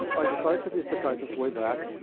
i decided to be a psychiatrist way back,